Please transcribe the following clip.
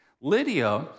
Lydia